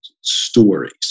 stories